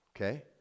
Okay